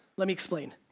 let me explain.